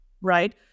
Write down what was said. right